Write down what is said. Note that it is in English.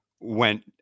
went